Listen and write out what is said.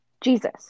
Jesus